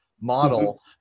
model